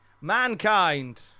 Mankind